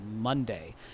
monday